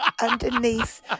underneath